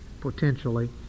potentially